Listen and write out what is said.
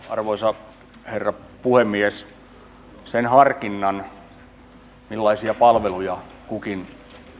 arvoisa herra puhemies sen harkinnan ja arvioinnin millaisia palveluja kukin